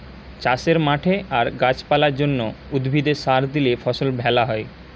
চাষের মাঠে আর গাছ পালার জন্যে, উদ্ভিদে সার দিলে ফসল ভ্যালা হয়